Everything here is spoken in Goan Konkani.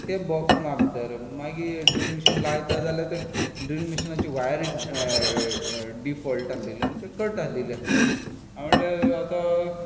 तें बॉक्स ना भीतर मागीर ड्रिलींग मिशीन लायता जाल्यार तें ड्रिलींग मिशिनाची वायरी डिफॉल्टा दिलीं म्हणजे कट आसली दिली हांवें म्हणटलें आतां